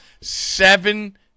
Seven